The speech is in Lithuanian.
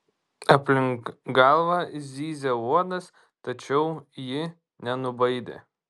aplink galvą zyzė uodas tačiau ji nenubaidė